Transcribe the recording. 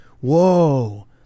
whoa